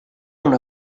una